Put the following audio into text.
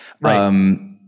right